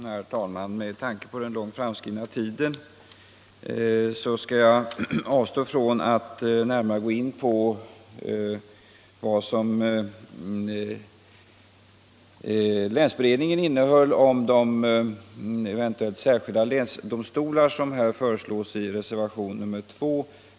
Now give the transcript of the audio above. Herr talman! Med tanke på den långt framskridna tiden skall jag avstå från att närmare gå in på vad länsberedningens betänkande innehöll om de särskilda länsdomstolar som föreslås i reservationen 2.